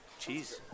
Jeez